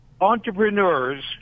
entrepreneurs